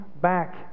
back